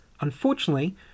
Unfortunately